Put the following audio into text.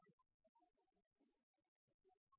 jeg